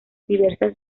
diversas